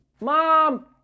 Mom